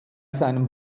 seinem